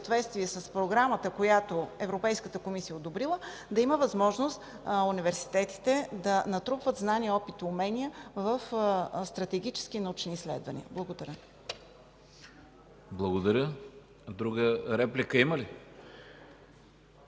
в съответствие с програмата, която Европейската комисия е одобрила, да даде възможност университетите да натрупват знания, опит и умения в стратегически научни изследвания. Благодаря. ПРЕДСЕДАТЕЛ ЯНАКИ СТОИЛОВ: Благодаря. Друга реплика има ли?